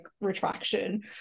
retraction